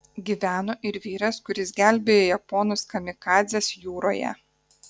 gyveno ir vyras kuris gelbėjo japonus kamikadzes jūroje